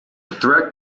threat